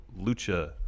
Lucha